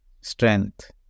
strength